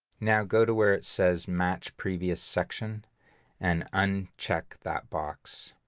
now go to where it says match previous section and uncheck that box.